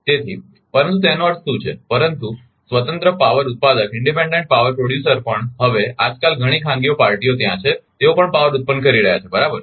તેથી પરંતુ તેનો અર્થ શું છે પરંતુ સ્વતંત્ર પાવર ઉત્પાદક પણ હવે આજકાલ ઘણી ખાનગી પાર્ટીઓ ત્યાં છે તેઓ પણ પાવર ઉત્પન્ન કરી રહ્યા છે બરાબર